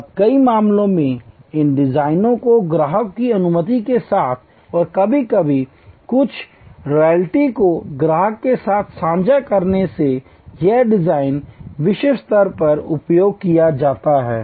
अब कई मामलों में इन डिज़ाइनों को ग्राहकों की अनुमति के साथ और कभी कभी कुछ रॉयल्टी को ग्राहक के साथ साझा करने से यह डिज़ाइन विश्व स्तर पर उपयोग किया जाता है